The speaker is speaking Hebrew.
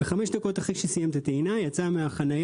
וחמש דקות לאחר שהוא סיים את הטעינה יצא מהחניה,